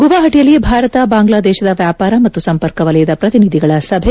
ಗುವಾಹಟೆಯಲ್ಲಿ ಭಾರತ ಬಾಂಗ್ಲಾದೇಶದ ವ್ಯಾಪಾರ ಮತ್ತು ಸಂಪರ್ಕ ವಲಯದ ಪ್ರತಿನಿಧಿಗಳ ಸಭೆ